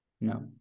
No